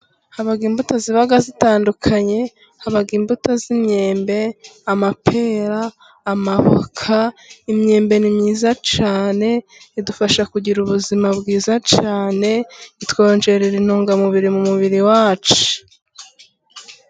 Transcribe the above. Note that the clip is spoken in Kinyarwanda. Haba imbuto ziba zitandukanye, haba imbuto z'imyembe, amapera, amavoka, imyembe ni myiza cyane idufasha kugira ubuzima bwiza cyane, itwongerera intungamubiri mu mubiri wacu.